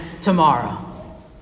tomorrow